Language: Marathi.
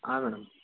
हां मॅडम